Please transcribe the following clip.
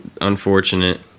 unfortunate